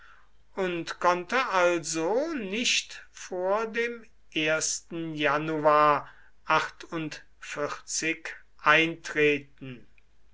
und konnte also nicht vor dem januar eintreten